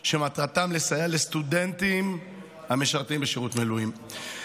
שמטרתן לסייע לסטודנטים המשרתים בשירות מילואים.